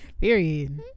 Period